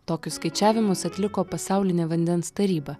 tokius skaičiavimus atliko pasaulinė vandens taryba